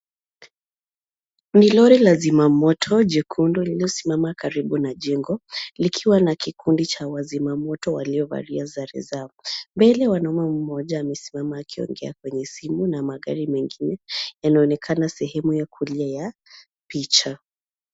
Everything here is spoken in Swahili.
Ni lori la zima moto jekundu lililosimama karibu na jengo likiwa na kikundi cha wazima moto waliovalia sare zao. Mbele mwanaume mmoja amesimama akiongea kwenye simu na magari mengine yanaonekana sehemu ya kulia ya picha.